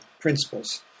principles